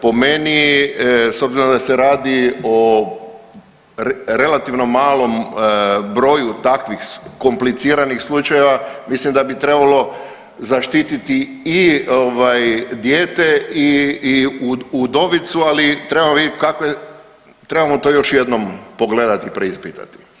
Po meni, s obzirom da se radi o relativno malom broju takvih kompliciranih slučajeva mislim da bi trebalo zaštiti i dijete i udovicu ali trebamo vidjeti, trebamo to još jednom pogledati, preispitati.